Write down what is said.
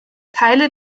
teile